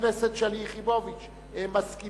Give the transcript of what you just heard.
אני קובע